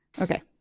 Okay